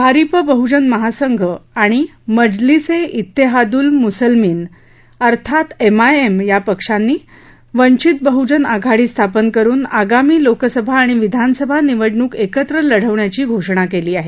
भारिप बहजन महासंघ आणि मजलिस ए इत्तेहादुल मुसलमीन एमआयएम या पक्षांनी वंचित बहजन आघाडी स्थापन करून आगामी लोकसभा आणि विधानसभा निवडणूक एकत्र लढवण्याची घोषणा केली आहे